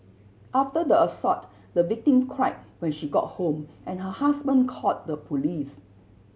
after the assault the victim cried when she got home and her husband called the police